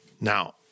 now